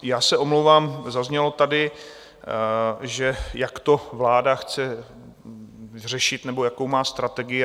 Já se omlouvám, zaznělo tady, že jak to vláda chce řešit nebo jakou má strategii.